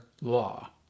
law